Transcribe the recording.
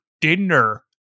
dinner